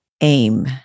AIM